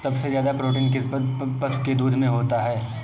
सबसे ज्यादा प्रोटीन किस पशु के दूध में होता है?